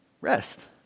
Rest